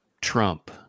Trump